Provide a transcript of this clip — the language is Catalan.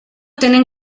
tenen